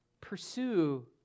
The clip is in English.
pursue